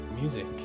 music